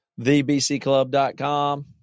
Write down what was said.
Thebcclub.com